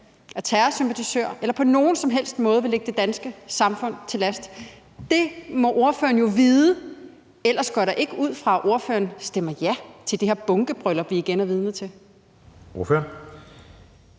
er terrorsympatisør eller på nogen som helst måde vil ligge det danske samfund til last. Det må ordføreren jo vide. Ellers går jeg da ikke ud fra, at ordføreren stemmer ja til det her bunkebryllup, vi igen er vidne til. Kl.